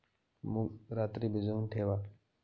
मूग रात्री भिजवून ठेवा